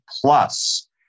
plus